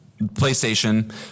PlayStation